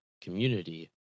community